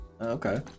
Okay